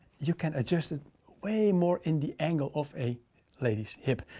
you can adjust it way more in the angle of a lady's hip.